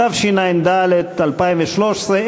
התשע"ד 2013,